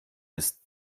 ist